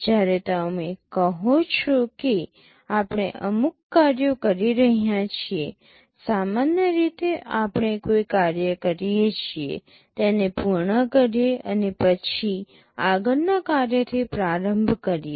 જ્યારે તમે કહો છો કે આપણે અમુક કાર્યો કરી રહ્યા છીએ સામાન્ય રીતે આપણે કોઈ કાર્ય કરીએ છીએ તેને પૂર્ણ કરીએ અને પછી આગળના કાર્યથી પ્રારંભ કરીએ